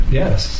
yes